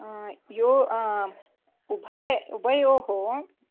यो उभय उभयोः